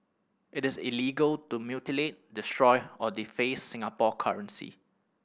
it is illegal to mutilate destroy or deface Singapore currency